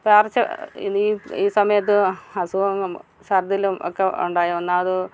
പകർച്ച സമയത്ത് അസുഖങ്ങൾ ശർദിലും ഒക്കെ ഉണ്ടായി ഒന്നാമത്